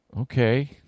okay